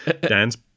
dan's